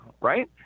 right